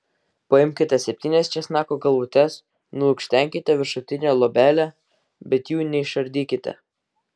paimkite septynias česnako galvutes nulukštenkite viršutinę luobelę bet jų neišardykite